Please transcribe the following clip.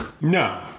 No